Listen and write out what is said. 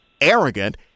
arrogant